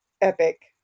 epic